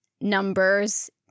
numbers